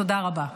תודה רבה.